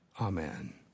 Amen